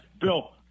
Bill